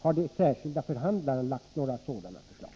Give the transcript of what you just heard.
Har de särskilda förhandlarna lagt fram några sådana förslag?